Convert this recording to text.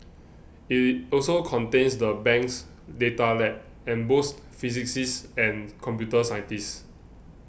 it also contains the bank's data lab and boasts physicists and computer scientists